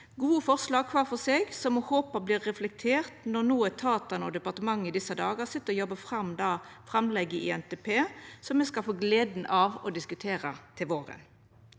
gode forslag kvar for seg, som me håpar vert reflekterte når etatane og departementet i desse dagar sit og jobbar fram det framlegget til NTP som me skal få gleda av å diskutera til våren.